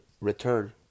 return